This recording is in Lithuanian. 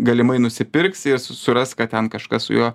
galimai nusipirksi suras kad ten kažkas su juo